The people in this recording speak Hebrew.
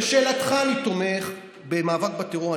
לשאלתך, אני תומך במאבק בטרור.